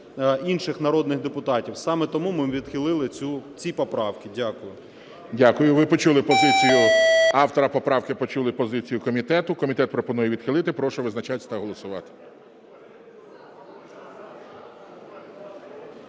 інших народних депутатів. Саме тому ми відхилили ці поправки. Дякую. ГОЛОВУЮЧИЙ. Дякую. Ви почули позицію автора поправки, почули позицію комітету. Комітет пропонує відхилити. Прошу визначатися та голосувати.